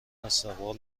استقبال